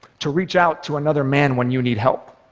to reach out to another man when you need help?